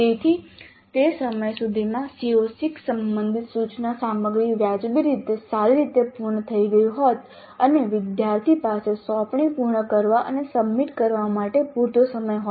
તેથી તે સમય સુધીમાં CO6 સંબંધિત સૂચના સામગ્રી વ્યાજબી રીતે સારી રીતે પૂર્ણ થઈ ગઈ હોત અને વિદ્યાર્થી પાસે સોંપણી પૂર્ણ કરવા અને સબમિટ કરવા માટે પૂરતો સમય હોય